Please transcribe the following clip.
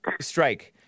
strike